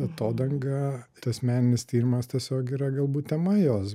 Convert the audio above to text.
atodanga tas meninis tyrimas tiesiog yra galbūt tema jos